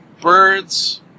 Birds